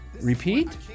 Repeat